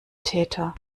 täter